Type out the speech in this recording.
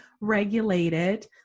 regulated